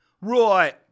Right